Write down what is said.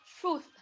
Truth